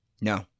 No